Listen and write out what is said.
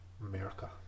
America